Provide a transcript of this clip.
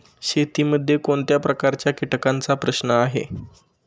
शेतीमध्ये कोणत्या प्रकारच्या कीटकांचा प्रश्न आहे?